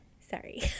sorry